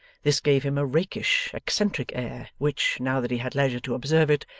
this gave him a rakish eccentric air which, now that he had leisure to observe it,